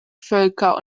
völker